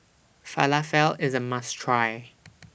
Falafel IS A must Try